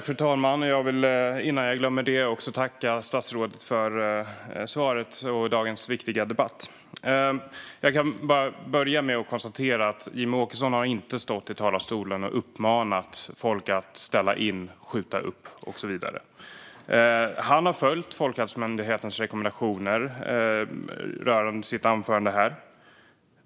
Fru talman! Innan jag glömmer det vill jag tacka statsrådet för svaret och dagens viktiga debatt. Jag kan sedan bara konstatera att Jimmie Åkesson inte har stått i talarstolen och uppmanat folk att ställa in, skjuta upp och så vidare. Han har följt Folkhälsomyndighetens rekommendationer rörande sitt anförande här.